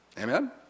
Amen